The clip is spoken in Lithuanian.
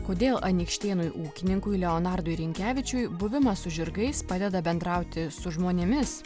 kodėl anykštėnui ūkininkui leonardui rinkevičiui buvimas su žirgais padeda bendrauti su žmonėmis